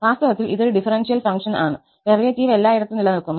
വാസ്തവത്തിൽ ഇതൊരു differential function ആണ് ഡെറിവേറ്റീവ് എല്ലായിടത്തും നിലനിൽക്കുന്നു